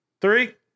three